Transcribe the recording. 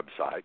website